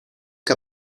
que